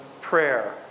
prayer